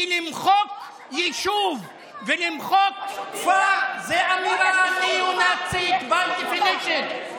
כי למחוק יישוב ולמחוק כפר זה אמירה ניאו-נאצית by definition.